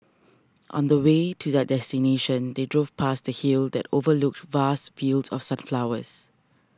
on the way to their destination they drove past a hill that overlooked vast fields of sunflowers